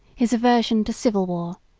his aversion to civil war,